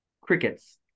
crickets